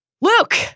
Luke